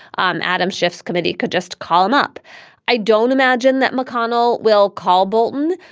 um adam shifts committee could just call him up i don't imagine that mcconnell will call bolton.